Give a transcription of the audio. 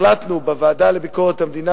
החלטנו בוועדה לביקורת המדינה,